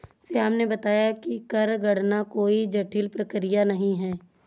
श्याम ने बताया कि कर गणना कोई जटिल प्रक्रिया नहीं है